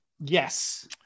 Yes